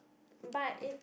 but it's